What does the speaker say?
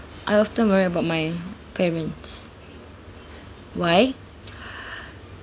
I often worry about my parents why